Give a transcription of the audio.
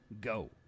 Go